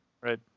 Right